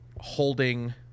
holding